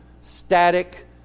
static